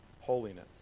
holiness